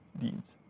deeds